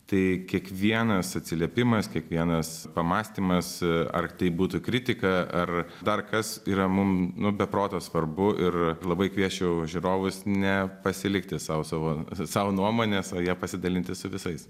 tai kiekvienas atsiliepimas kiekvienas pamąstymas ar tai būtų kritika ar dar kas yra mum nu be proto svarbu ir labai kviesčiau žiūrovus ne pasilikti sau savo sau nuomones o ja pasidalinti su visais